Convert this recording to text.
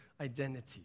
identity